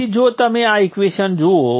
તેથી જો તમે આ ઇક્વેશન જુઓ